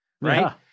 right